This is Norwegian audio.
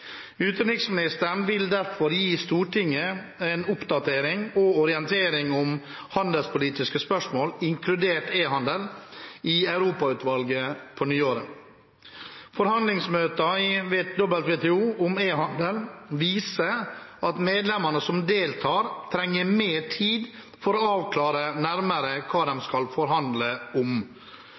Utenriksministeren vil derfor gi Stortinget en oppdatering og orientering om handelspolitiske spørsmål, inkludert e-handel, i Europautvalget på nyåret. Forhandlingsmøtene i WTO om e-handel viser at medlemmene som deltar, trenger mer tid for å avklare nærmere hva de skal forhandle om.